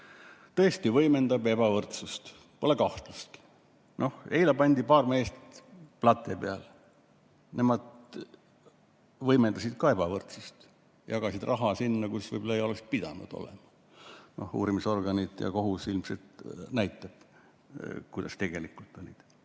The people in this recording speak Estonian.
Tõesti, võimendab ebavõrdsust, pole kahtlustki. Eile pandi paar meest plate peale, nemad võimendasid ka ebavõrdsust, jagasid raha sinna, kus seda võib-olla ei oleks pidanud olema. Uurimisorganid ja kohus ilmselt näitavad, kuidas tegelikult oli.